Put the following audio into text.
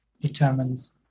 determines